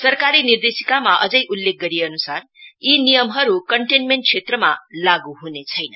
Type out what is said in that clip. सरकारी निर्देशिका मा अझै उल्लेख गरिएअनुसार यी नियमहरू कन्टेनमेन्ट क्षेत्रमा लाग् हुने छैन